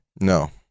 No